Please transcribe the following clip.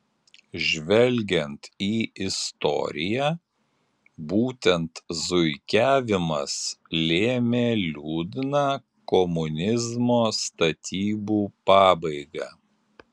žvelgiant į istoriją būtent zuikiavimas lėmė liūdną komunizmo statybų pabaigą